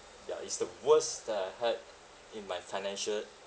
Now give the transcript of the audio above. ya it's the worst that I had in my financial